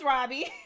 Robbie